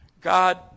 God